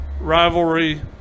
Rivalry